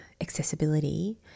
accessibility